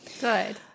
Good